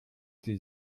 sie